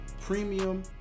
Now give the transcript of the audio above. premium